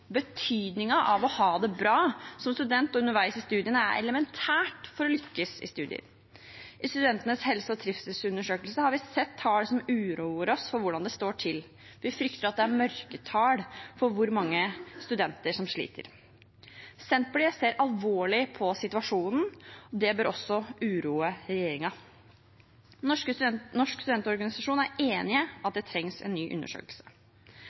Betydningen av å ha det bra som student og underveis i studiene er elementært for å lykkes i studier. I studentenes helse- og trivselsundersøkelse har vi sett tall som gjør oss urolige for hvordan det står til. Vi frykter at det er mørketall for hvor mange studenter som sliter. Senterpartiet ser alvorlig på situasjonen. Det bør også regjeringen gjøre. Norsk studentorganisasjon er enig i at det trengs en ny undersøkelse.